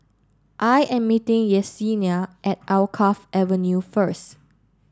I am meeting Yessenia at Alkaff Avenue first